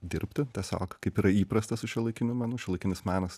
dirbti tiesiog kaip yra įprasta su šiuolaikiniu menu šiuolaikinis menas